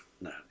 no